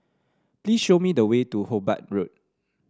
please show me the way to Hobart Road